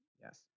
Yes